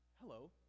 hello